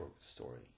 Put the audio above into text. story